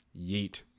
Yeet